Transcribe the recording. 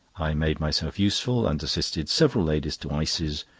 i made myself useful, and assisted several ladies to ices,